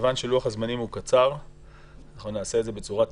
כיוון שלוח הזמנים הוא קצר אנחנו נעשה את זה בצורה תמציתית,